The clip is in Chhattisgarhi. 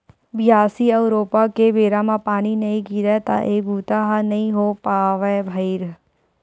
बियासी अउ रोपा के बेरा म पानी नइ गिरय त ए बूता ह नइ हो पावय भइर